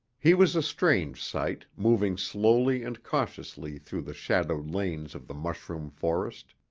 he was a strange sight, moving slowly and cautiously through the shadowed lanes of the mushroom forest.